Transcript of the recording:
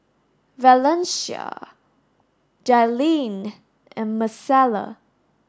Valencia Jailene and Marcella